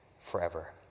forever